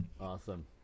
Awesome